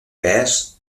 pes